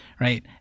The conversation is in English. right